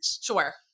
Sure